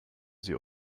sie